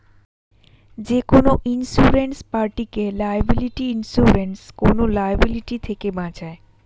যেকোনো ইন্সুরেন্স পার্টিকে liability insurance কোন লায়াবিলিটি থেকে বাঁচায়